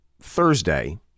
Thursday